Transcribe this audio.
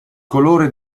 colore